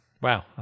Wow